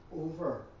over